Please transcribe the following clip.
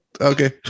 Okay